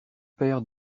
père